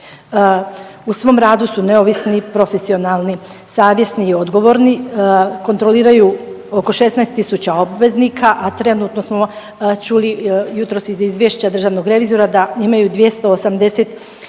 U svom radu su neovisni, profesionalni, savjesni i odgovorni, kontroliraju oko 16 tisuća obveznika, a trenutno smo čuli jutros iz izvješća državnog revizora da imaju 284 zaposlene